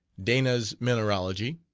dana's mineralogy.